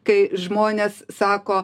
kai žmonės sako